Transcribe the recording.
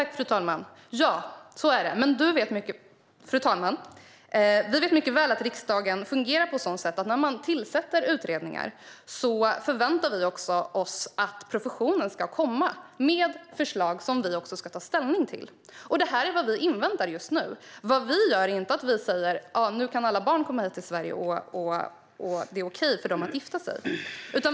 Fru talman! Ja, så är det. Men vi vet mycket väl att riksdagen fungerar på ett sådant sätt att när man tillsätter utredningar förväntar vi oss att professionen ska komma med förslag som vi ska ta ställning till, och det är vad vi inväntar just nu. Vi säger inte: Nu kan alla barn komma hit till Sverige, och det är okej för dem att gifta sig.